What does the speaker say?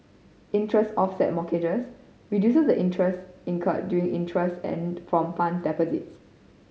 interest offset mortgages reduces the interest incurred during interest earned from funds deposited